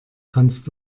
kannst